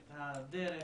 את הדרך